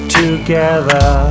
together